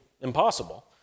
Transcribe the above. impossible